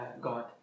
God